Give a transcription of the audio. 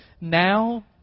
Now